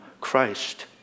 Christ